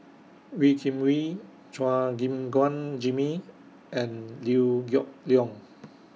Wee Kim Wee Chua Gim Guan Jimmy and Liew Geok Leong